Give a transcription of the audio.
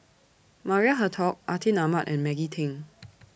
Maria Hertogh Atin Amat and Maggie Teng